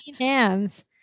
hands